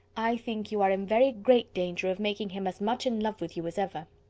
i think you are in very great danger of making him as much in love with you as ever.